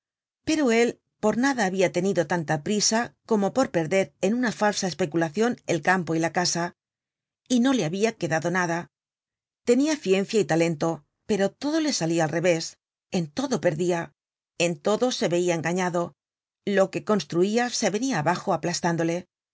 pero él por nada habia tenido tanta prisa como por perder en una falsa especulacion el campo y la casa y no le habia quedado nada tenia ciencia y talento pero todo le salia al revés en todo perdia en todo se veia engañado lo que construia se venia abajo aplastándole